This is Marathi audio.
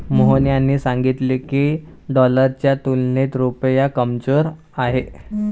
मोहन यांनी सांगितले की, डॉलरच्या तुलनेत रुपया कमजोर आहे